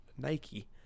Nike